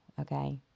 okay